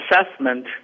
assessment